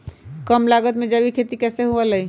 कम लागत में जैविक खेती कैसे हुआ लाई?